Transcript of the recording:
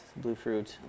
Bluefruit